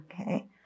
Okay